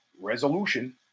resolution